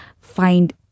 find